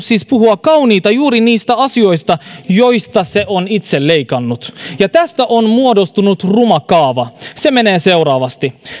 siis alkanut puhua kauniita juuri niistä asioista joista se on itse leikannut ja tästä on muodostunut ruma kaava se menee seuraavasti